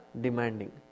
demanding